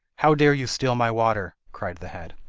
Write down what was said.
how dare you steal my water cried the head.